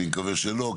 אני מקווה שלא,